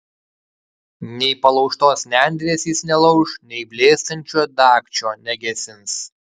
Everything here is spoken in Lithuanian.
nei palaužtos nendrės jis nelauš nei blėstančio dagčio negesins